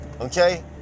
Okay